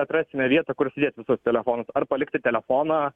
atrasime vietą kur sudėt visų telefonų ar palikti telefoną